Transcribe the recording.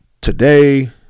today